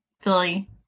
Philly